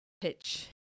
pitch